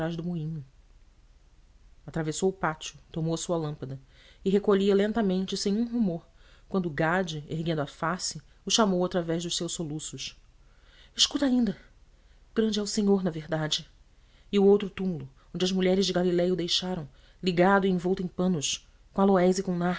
trás do moinho atravessou o pátio tomou a sua lâmpada e recolhia lentamente sem um rumor quando gade erguendo a face o chamou através dos seus soluços escuta ainda grande é o senhor na verdade e o outro túmulo onde as mulheres de galiléia o deixaram ligado e envolvidos em panos com aloés e com